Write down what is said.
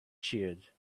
cheered